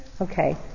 Okay